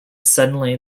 suddenly